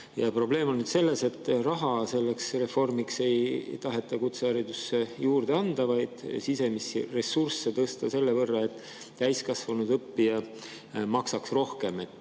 Probleem on selles, et raha selleks reformiks ei taheta kutseharidusse juurde anda, vaid sisemisi ressursse [soovitatakse] tõsta selle abil, et täiskasvanud õppija maksaks rohkem.